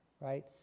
Right